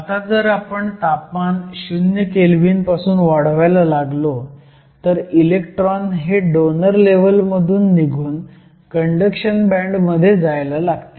आता जर आपण तापमान 0 केल्व्हीन पासून वाढवायला लागलो तर इलेक्ट्रॉन हे डोनर लेव्हल मधून निघून कंडक्शन बँड मध्ये जायला लागतील